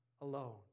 alone